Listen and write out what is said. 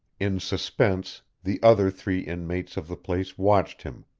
in suspense the other three inmates of the place watched him,